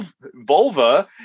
Volva